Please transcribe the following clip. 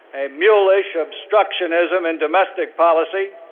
a mulish obstructionism in domestic policy,